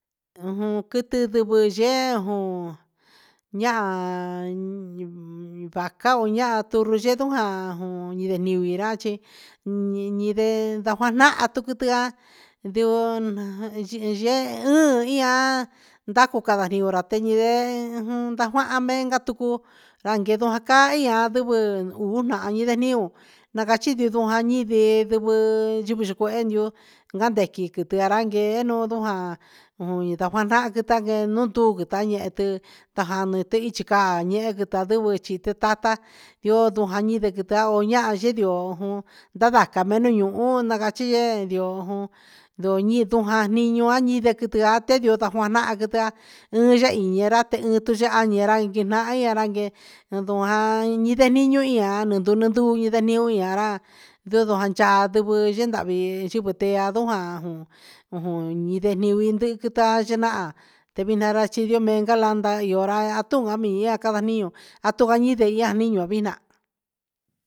Ujun kutu nduvo yejón, ña'a vakaó ña'a turu'u yendonján, on ni nrivii yachí nu nindé najanua tudiajan ndioña yiye'e hum i'an ndakokanra tionra teñindee ujun ndakua menkatu'u ndakendon kai ihá pue uun nda ndudenió najachin ndo ñandude vee ndengue ndiye ndokuendi'ó jande kuki kanrangue no ndojan na ndakuarake ndakeno tu ndañetu tajani tuichí ka ñee tandubu chite tata, yo jadiñe nduku ña'a xhidio ujun dadaka menuu ñu'u ndagachidie ñuo dochi'í ndojan niño'a, ñidekuiate ndoña janu'a ñakudia ñudein ñerate ñuchedean ñeranki nai ñeranki nduan nine niño'o ndian ña'a ñonduño nduññe ndenio ñara'a ndudun cha'a chun chedavii xhivotea ndon ndajón ujun niñediue ndukuda ndfaxhina'a ndemionara xhinromenka, landi iorá atún aminejan anranió atugañinde anii yovina'a.